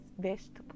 vegetables